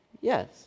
Yes